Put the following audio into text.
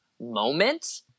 moment